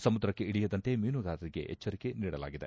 ಸಮುದ್ರಕ್ಷೆ ಇಳಿಯದಂತೆ ಮೀನುಗಾರರಿಗೆ ಎಚ್ಚರಿಕೆ ನೀಡಲಾಗಿದೆ